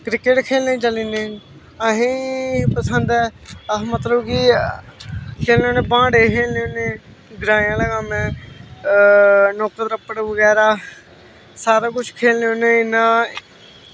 cricket खेलने गी चली जन्ने असेंई पसंद ऐ अस मतलव कि खेलने होने ब्हांटे खेलने होन्ने ग्राएं आह्ला कम्म ऐ नुक्क त्प्पड़ बगैरा सारा कुछ खेलने होन्ने इयां